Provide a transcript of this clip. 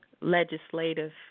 legislative